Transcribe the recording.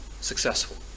successful